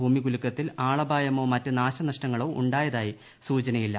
ഭൂമികുലുക്കത്തിൽ ആളപായമോ മറ്റ് നാശനഷ്ടങ്ങളോ ഉണ്ടായതായി സൂചനയില്ല